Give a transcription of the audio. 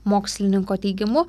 mokslininko teigimu